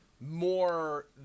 more